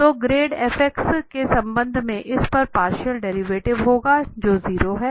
तो grad f x के संबंध में इस का पार्शियल डेरिवेटिव होगा जो 0 है